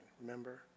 Remember